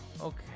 okay